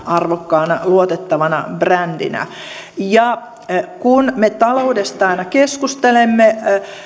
arvokkaana luotettavana brändinä kun me taloudesta aina keskustelemme